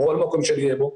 בכל מקום שנהיה בו.